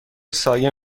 سایه